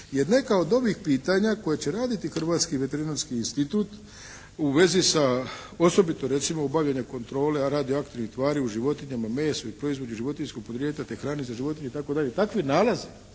jer neka od ovih pitanja koja će raditi Hrvatski veterinarski institut u vezi sa osobito recimo obavljanja kontrole radioaktivnih tvari u životinjama, mesu i proizvodu životinjskog porijekla, te hrane za životinje itd. takvi nalazi